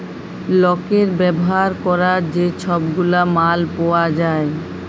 লকের ব্যাভার ক্যরার যে ছব গুলা মাল পাউয়া যায়